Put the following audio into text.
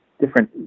different